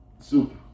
soup